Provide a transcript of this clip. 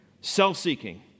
Self-seeking